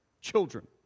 children